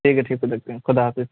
ٹھیک ہے ٹھیک پھر رکھتے ہیں خدا حافظ